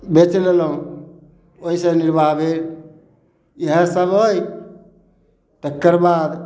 बेच लेलहुॅं ओहि सऽ निरबाह भेल इएह सब अइ तकर बाद